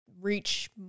reach